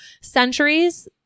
centuries